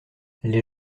les